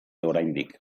oraindik